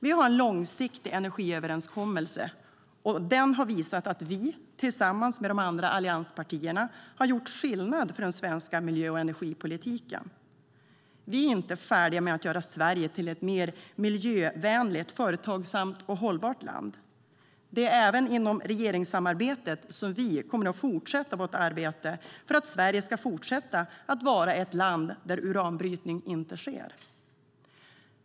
Vi har en långsiktig energiöverenskommelse, och den har visat att vi, tillsammans med de andra allianspartierna, har gjort skillnad för den svenska miljö och energipolitiken. Vi är inte färdiga med att göra Sverige till ett mer miljövänligt, företagsamt och hållbart land. Det är även inom regeringssamarbetet som vi kommer att fullfölja vårt arbete för att Sverige ska fortsätta att vara ett land där uranbrytning inte sker.